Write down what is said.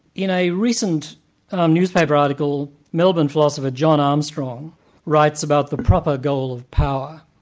in a recent um newspaper article, melbourne philosopher, john armstrong writes about the proper dole of power.